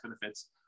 benefits